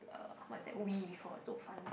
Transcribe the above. uh what's that Wii before so fun